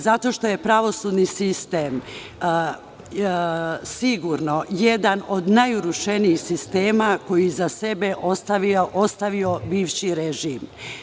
Zato što je pravosudni sistem, sigurno jedan od najurušenijih sistema koji je iza sebe ostavio bivši režim.